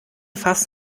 fass